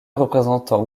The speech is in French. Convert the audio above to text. représentant